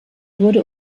wurde